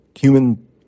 human